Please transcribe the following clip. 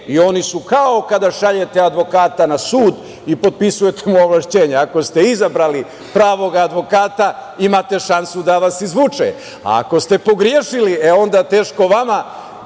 i oni su kao kada šaljete advokata na sud i potpisujete mu ovlašćenje, ako ste izabrali pravog advokata, imate šansu da vas izvuče, a ako ste pogrešili, e, onda, teško vama,